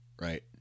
Right